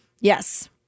Yes